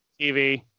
TV